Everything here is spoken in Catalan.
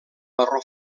marró